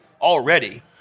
already